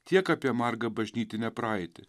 tiek apie margą bažnytinę praeitį